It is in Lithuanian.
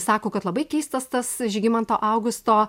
sako kad labai keistas tas žygimanto augusto